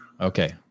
Okay